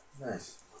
Nice